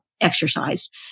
exercised